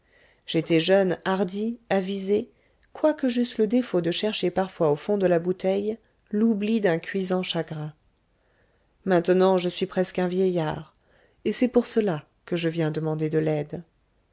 j'étais jeune hardi avisé quoique j'eusse le défaut de chercher parfois au fond de la bouteille l'oubli d'un cuisant chagrin maintenant je suis presque un vieillard et c'est pour cela que je viens demander de l'aide